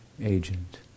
agent